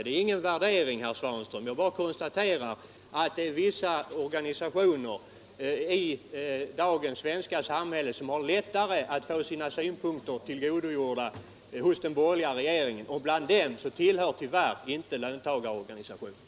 Detta är ingen värdering, herr Svanström, utan jag konstaterar bara att vissa organisationer i dagens samhälle har lättare att få sina synpunkter tillgodosedda hos den borgerliga regeringen, men där ingår tyvärr inte löntagarorganisationerna.